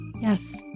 Yes